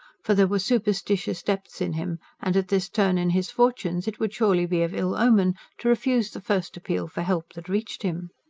for there were superstitious depths in him and, at this turn in his fortunes, it would surely be of ill omen to refuse the first appeal for help that reached him.